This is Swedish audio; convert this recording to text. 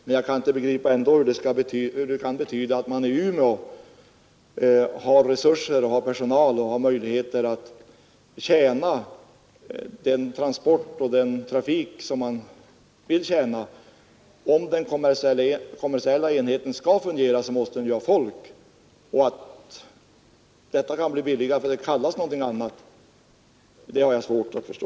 Jag kan ändå inte begripa hur man i Umeå har resurser, personal och möjligheter att tjäna den transport och den trafik som man vill tjäna. Om den kommersiella enheten skall fungera, måste den ha folk. Att det kan bli billigare därför att det kallas någonting annat har jag svårt att förstå.